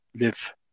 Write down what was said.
live